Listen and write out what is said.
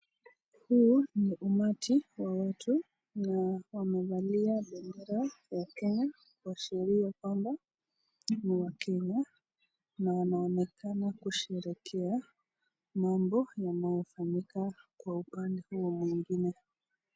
Huu ni umati wa watu, na wamevalia bendera ya Kenya kuashiria kwamba ni wakenya, na wanaonekana kusherekea mambo yanayo fanyika kwa upande huo mwengine.